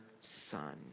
son